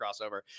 crossover